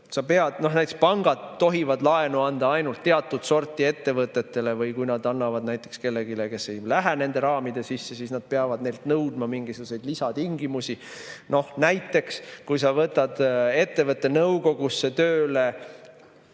Pangad tohivad näiteks laenu anda ainult teatud sorti ettevõtetele, või kui nad annavad näiteks kellelegi, kes ei lähe nende raamide sisse, siis nad peavad neilt nõudma mingisuguseid lisatingimusi. Näiteks, kui sa võtad ettevõtte nõukogusse tööle